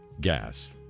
gas